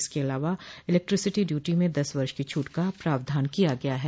इसके अलावा electricity duty में दस वर्ष की छूट का प्रावधान किया गया है